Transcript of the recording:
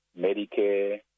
Medicare